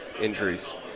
injuries